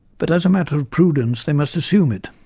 but as a matter of prudence they must assume it.